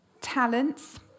talents